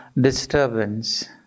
disturbance